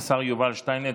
השר יובל שטייניץ,